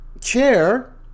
chair